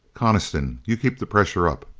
coniston, you keep the pressure up.